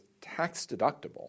tax-deductible